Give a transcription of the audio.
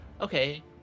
okay